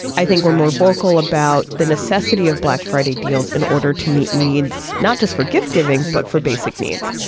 i think, were more vocal about the necessity of black friday deals in order to meet needs not just for gift-giving, but for basic needs.